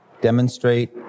Demonstrate